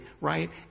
right